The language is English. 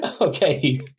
Okay